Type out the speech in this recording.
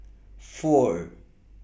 four